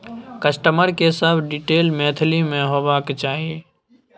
customer के सब detail Maithili में होबाक चाही